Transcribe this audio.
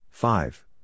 Five